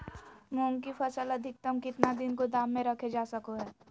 मूंग की फसल अधिकतम कितना दिन गोदाम में रखे जा सको हय?